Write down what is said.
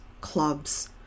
clubs